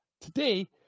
today